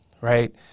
right